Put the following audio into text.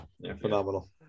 Phenomenal